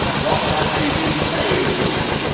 what has she been saying to you?